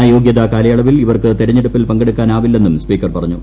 അയോഗ്യതാ കാലയളവിൽ ഇവർക്ക് തെരഞ്ഞെടുപ്പിൽ പങ്കെടുക്കാനാവില്ലെന്നും സ്പീക്കർ പറഞ്ഞു